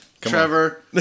Trevor